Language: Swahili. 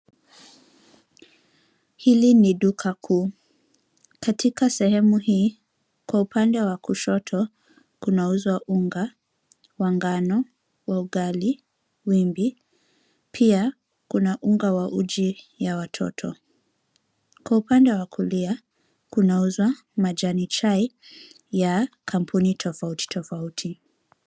Hili ni duka kuu. Katika sehemu hii, kwa upande wa kushoto kunauzwa unga wa ngano , wa ugali, wimbi, pia kuna unga ya uji ya watoto. Kwa upande wa kulia, kunauzwa majani chai ya kampuni tofauti tofauti.